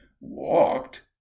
Walked